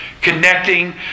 Connecting